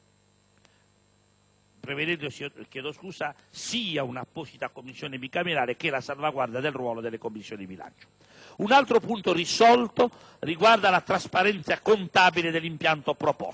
prevedendosi, come si è detto, sia una apposita Commissione bicamerale che la salvaguardia del ruolo delle Commissioni bilancio. Un altro punto risolto riguarda la trasparenza contabile dell'impianto proposto.